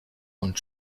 und